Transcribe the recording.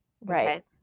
Right